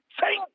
thank